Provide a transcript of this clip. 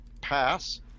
pass